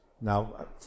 Now